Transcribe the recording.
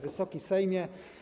Wysoki Sejmie!